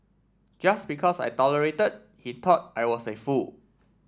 just because I tolerated he thought I was a fool